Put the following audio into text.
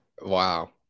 Wow